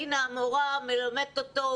דינה המורה מלמדת אותו,